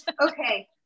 Okay